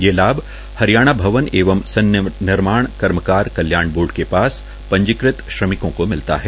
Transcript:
ये लाभ हरियाणा भवन एंव सन्निर्माण कर्मकार कल्याण बोर्ड के पास पंजीकृत श्रमिकों को मिलता है